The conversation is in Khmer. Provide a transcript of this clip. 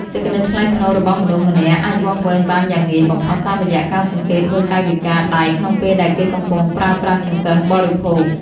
សេចក្តីថ្លៃថ្នូររបស់មនុស្សម្នាក់អាចវាស់វែងបានយ៉ាងងាយបំផុតតាមរយៈការសង្កេតមើលកាយវិការដៃក្នុងពេលដែលគេកំពុងប្រើប្រាស់ចង្កឹះបរិភោគ។